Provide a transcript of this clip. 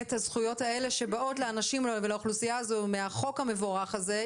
הזכויות האלה שבאות לאנשים ולאוכלוסייה הזו מהחוק המבורך הזה,